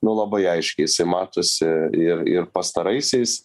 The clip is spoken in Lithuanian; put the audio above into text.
nu labai aiškiai matosi ir ir pastaraisiais